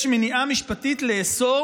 יש מניעה משפטית לאסור